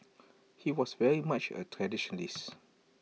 he was very much A traditionalist